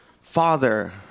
father